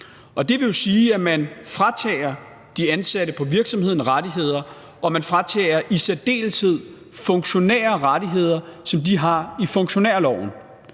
det vil jo sige, at man fratager de ansatte på virksomheden nogle rettigheder, og at man i særdeleshed fratager funktionærerne nogle rettigheder, som de har i funktionærloven.